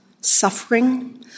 suffering